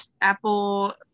Apple